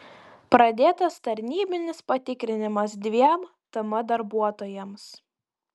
pradėtas tarnybinis patikrinimas dviem tm darbuotojams